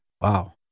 Wow